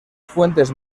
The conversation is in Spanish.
fuentes